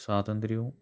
സ്വാതന്ത്ര്യവും